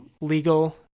legal